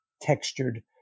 textured